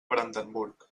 brandenburg